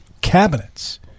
cabinets